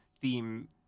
theme